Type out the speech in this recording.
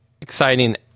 exciting